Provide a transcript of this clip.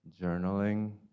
journaling